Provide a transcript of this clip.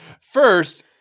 First